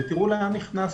תראו לאן נכנסנו.